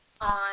on